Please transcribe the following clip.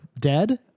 dead